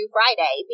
Friday